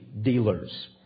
dealers